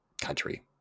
country